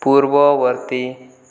ପୂର୍ବବର୍ତ୍ତୀ